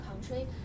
country